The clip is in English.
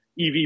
EV